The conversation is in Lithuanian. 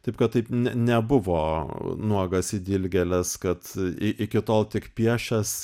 taip kad tai ne nebuvo nuogas į dilgėles kad iki tol tik piešęs